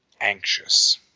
anxious